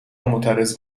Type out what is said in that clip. معترض